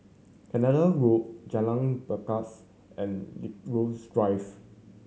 Canada Road Jalan Pakis and Drive